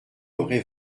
aurait